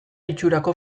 itxurako